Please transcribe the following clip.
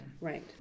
right